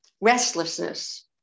restlessness